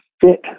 fit